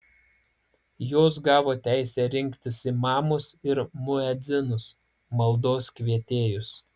jos gavo teisę rinktis imamus ir muedzinus maldos kvietėjus